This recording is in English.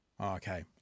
Okay